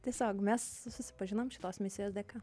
tiesiog mes susipažinom šitos misijos dėka